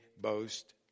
boast